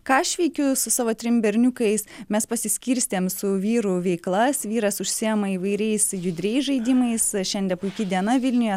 ką aš veikiu su savo trim berniukais mes pasiskirstėm su vyru veiklas vyras užsiema įvairiais judriais žaidimais šiandie puiki diena vilniuje